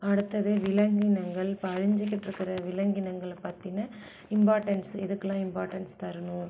அடுத்தது விலங்கினங்கள் இப்போ அழிஞ்சிக்கிட்டிருக்கற விலங்கினங்களை பத்திய இம்பார்ட்டண்ட்ஸ் எதுக்கெலாம் இம்பார்ட்டண்ட்ஸ் தரணும்